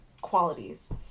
qualities